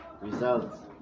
Results